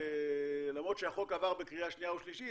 למרות שהחוק עבר בקריאה שנייה ושלישית